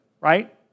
right